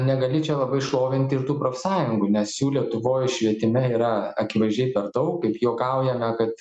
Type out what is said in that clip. negali čia labai šlovinti ir tų profsąjungų nes jų lietuvoj švietime yra akivaizdžiai per daug kaip juokaujame kad